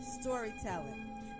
Storytelling